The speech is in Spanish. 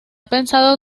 pensado